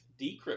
decrypt